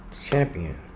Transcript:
champion